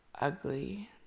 Ugly